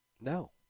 no